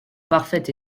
parfait